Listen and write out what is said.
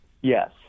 Yes